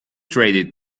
traded